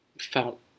Felt